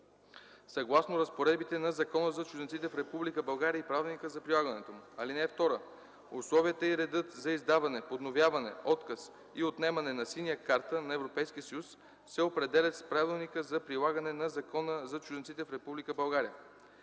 съгласно разпоредбите на Закона за чужденците в Република България и правилника за прилагането му. (2) Условията и редът за издаване, подновяване, отказ и отнемане на синята карта на ЕС се определят с Правилника за прилагане на Закона за чужденците в